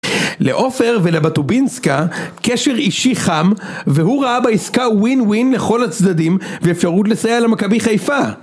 לאופר ולבתובינסקה קשר אישי חם והוא ראה בה עסקה ווין ווין לכל הצדדים ואפשרות לסייע למכבי חיפה